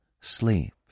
sleep